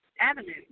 avenue